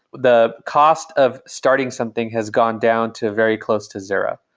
the cost of starting something has gone down to very close to zero,